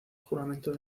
juramento